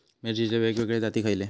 मिरचीचे वेगवेगळे जाती खयले?